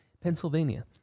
Pennsylvania